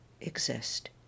exist